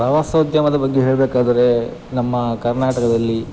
ಪ್ರವಾಸೋದ್ಯಮದ ಬಗ್ಗೆ ಹೇಳ್ಬೇಕಾದರೆ ನಮ್ಮ ಕರ್ನಾಟಕದಲ್ಲಿ